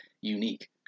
unique